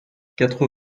quatre